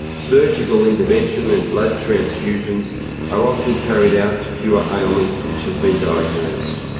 surgical intervention and blood transfusions are often carried out to cure ailments which have been diagnosed.